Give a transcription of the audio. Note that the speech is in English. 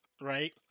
right